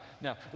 Now